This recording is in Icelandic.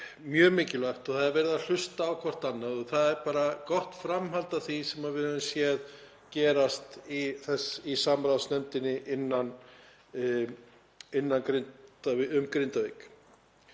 mjög mikilvægt og það er verið að hlusta á hvert annað og það er gott framhald af því sem við höfum séð gerast í samráðsnefndinni um Grindavík.